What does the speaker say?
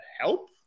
help